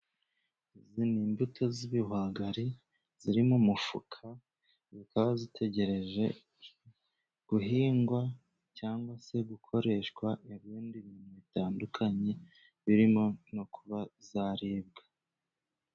Izi ni imbuto z'ibihwagari ziri mu mufuka, zikaba zitegereje guhingwa cyangwa se gukoreshwa ibindi bintu bitandukanye, birimo no kuba zaribwa.